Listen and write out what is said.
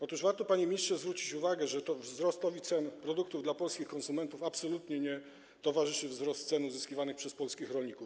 Otóż warto, panie ministrze, zwrócić uwagę, że wzrostowi cen produktów dla polskich konsumentów absolutnie nie towarzyszy wzrost dochodów uzyskiwanych przez polskich rolników.